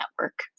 Network